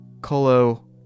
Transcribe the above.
colo